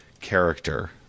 character